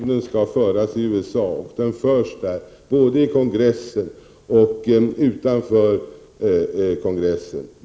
Herr talman! Det är självklart, och jag har också framfört det, att diskussionen skall föras i USA. Där förs den också, både i kongressen och utanför kongressen.